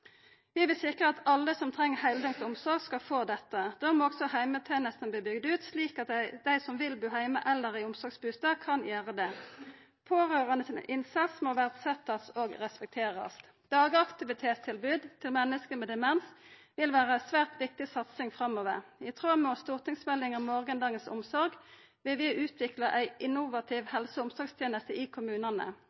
Vi vil sikra at alle som treng heildøgns omsorg, skal få det. Då må også heimetenestene verta bygde ut, slik at dei som vil bu heime eller i omsorgsbustad, kan gjera det. Innsatsen til pårørande må verdsetjast og respekterast. Dagaktivitetstilbodet til menneske med demens vil vera ei svært viktig satsing framover. I tråd med stortingsmeldinga Morgendagens omsorg vil vi utvikla ei innovativ helse- og omsorgsteneste i kommunane.